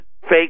fake